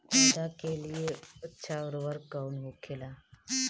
पौधा के लिए अच्छा उर्वरक कउन होखेला?